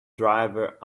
driver